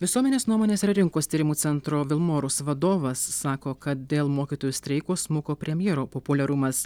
visuomenės nuomonės ir rinkos tyrimų centro vilmorus vadovas sako kad dėl mokytojų streiko smuko premjero populiarumas